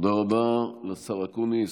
תודה רבה לשר אקוניס.